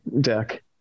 deck